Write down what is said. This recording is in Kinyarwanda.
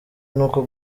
n’uko